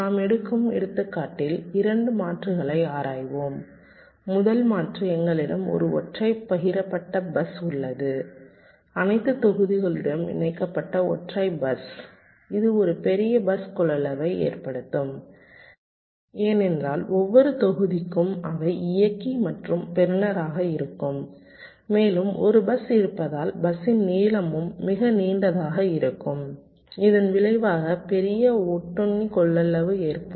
நாம் எடுக்கும் எடுத்துக்காட்டில் 2 மாற்றுகளை ஆராய்வோம் முதல் மாற்று எங்களிடம் ஒரு ஒற்றை பகிரப்பட்ட பஸ் உள்ளது அனைத்து தொகுதிகளுடனும் இணைக்கப்பட்ட ஒற்றை பஸ் இது ஒரு பெரிய பஸ் கொள்ளளவை ஏற்படுத்தும் ஏனென்றால் ஒவ்வொரு தொகுதிக்கும் அவை இயக்கி மற்றும் பெறுநராக இருக்கும் மேலும் ஒரு பஸ் இருப்பதால் பஸ்ஸின் நீளமும் மிக நீண்டதாக இருக்கும் இதன் விளைவாக பெரிய ஒட்டுண்ணி கொள்ளளவு ஏற்படும்